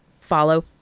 follow